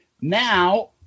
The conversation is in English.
now